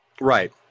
Right